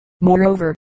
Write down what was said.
Moreover